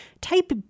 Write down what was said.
Type